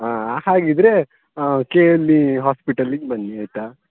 ಹಾಂ ಹಾಗಿದ್ದರೆ ಕೆ ಎಲ್ ಇ ಹಾಸ್ಪಿಟಲಿಗೆ ಬನ್ನಿ ಆಯ್ತಾ